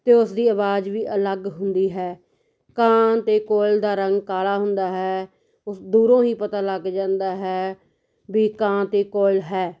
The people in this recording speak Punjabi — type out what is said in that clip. ਅਤੇ ਉਸ ਦੀ ਆਵਾਜ਼ ਵੀ ਅਲੱਗ ਹੁੰਦੀ ਹੈ ਕਾਂ ਅਤੇ ਕੋਇਲ ਦਾ ਰੰਗ ਕਾਲਾ ਹੁੰਦਾ ਹੈ ਉਸ ਦੂਰੋਂ ਹੀ ਪਤਾ ਲੱਗ ਜਾਂਦਾ ਹੈ ਵੀ ਕਾਂ ਅਤੇ ਕੋਇਲ ਹੈ